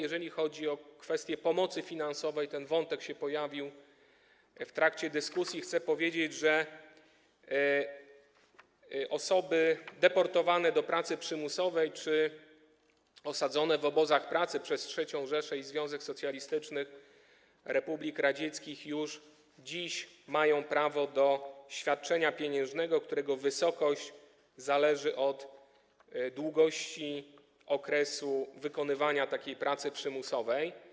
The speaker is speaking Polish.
Jeżeli chodzi o kwestię pomocy finansowej - ten wątek pojawił się w trakcie dyskusji - to chcę powiedzieć, że osoby deportowane do pracy przymusowej czy osadzone w obozach pracy przez III Rzeszę i Związek Socjalistycznych Republik Radzieckich już dziś mają prawo do świadczenia pieniężnego, którego wysokość zależy od długości okresu wykonywania takiej pracy przymusowej.